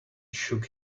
shook